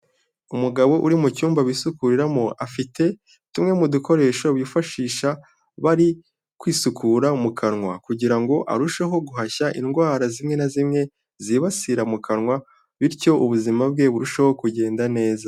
Umugabo uri mu cyumba bisukuriramo, afite tumwe mu dukoresho bifashisha bari kwisukura mu kanwa kugira ngo arusheho guhashya indwara zimwe na zimwe zibasira mu kanwa, bityo ubuzima bwe burusheho kugenda neza.